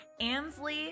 Ansley